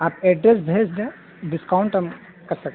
آپ ایڈریس بھیج دیں ڈسکاؤنٹ تو ہم کر سکتے ہیں